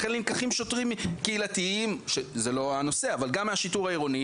לכן נלקחים שוטרים קהילתיים שזה לא הנושא אבל גם מהשיטור העירוני,